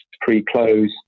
pre-close